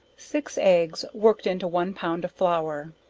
six eggs work'd into one pound of flour.